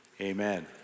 amen